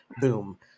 boom